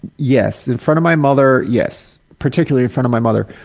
yes, in front of my mother, yes, particularly in front of my mother.